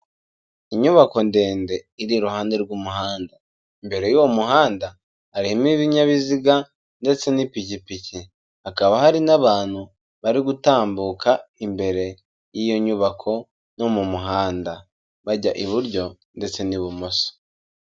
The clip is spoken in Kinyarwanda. Inyubako ndende iri iruhande rw'umuhanda. Imbere y'uwo muhanda harimo ibinyabiziga ndetse n'ipikipiki, hakaba hari n'abantu bari gutambuka imbere y'iyo nyubako no mu muhanda, bajya iburyo ndetse n'ibumoso.